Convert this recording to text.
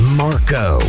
marco